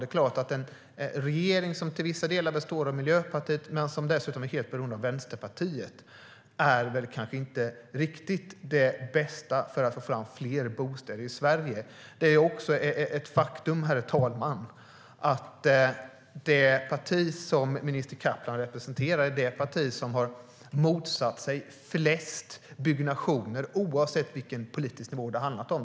Det är klart att en regering som även består av Miljöpartiet men som dessutom är helt beroende av Vänsterpartiet kanske inte är riktigt den bästa för att få fram fler bostäder i Sverige. Det är också ett faktum att det parti som minister Kaplan representerar är det parti som har motsatt sig flest byggnationer oavsett vilken politisk nivå som det har handlat om.